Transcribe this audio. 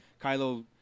Kylo